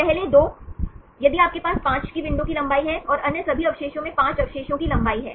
पहले 2 यदि आपके पास 5 की विंडो की लंबाई है और अन्य सभी अवशेषों में 5 अवशेषों की लंबाई है